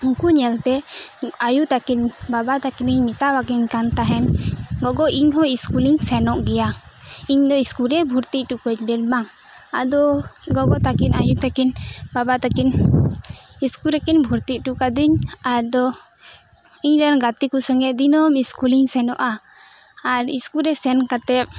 ᱩᱱᱠᱩ ᱧᱮᱞ ᱛᱮ ᱟᱭᱳ ᱛᱟᱹᱠᱤᱱ ᱵᱟᱵᱟ ᱛᱟᱹᱠᱤᱱᱤᱧ ᱢᱮᱛᱟᱣᱟᱠᱤᱱ ᱠᱟᱱ ᱛᱟᱦᱮᱸᱱ ᱜᱚᱜᱚ ᱤᱧ ᱦᱚ ᱥᱠᱩᱞᱤᱧ ᱥᱮᱱᱚᱜ ᱜᱮᱭᱟ ᱤᱧ ᱫᱚ ᱥᱠᱩᱞ ᱨᱮ ᱵᱷᱩᱨᱛᱤ ᱚᱴᱚ ᱠᱟᱹᱧ ᱵᱤᱱ ᱢᱟ ᱟᱫᱚ ᱜᱚᱜᱚ ᱛᱟᱹᱠᱤᱱ ᱟᱭᱳ ᱛᱟᱹᱠᱤᱱ ᱵᱟᱵᱟ ᱛᱟᱹᱠᱤᱱ ᱥᱠᱩᱞ ᱨᱮᱠᱤᱱ ᱵᱷᱚᱨᱛᱤ ᱚᱴᱚ ᱠᱟᱹᱫᱤᱧ ᱟᱫᱚ ᱤᱧ ᱨᱮᱱ ᱜᱟᱛᱮ ᱠᱚ ᱥᱚᱸᱜᱮ ᱫᱤᱱᱟᱹᱢ ᱥᱠᱩᱞᱤᱧ ᱥᱮᱱᱚᱜᱼᱟ ᱟᱨ ᱥᱠᱩᱞ ᱨᱮ ᱥᱮᱱ ᱠᱟᱛᱮᱫ